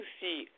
see